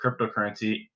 cryptocurrency